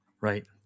Right